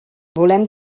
volem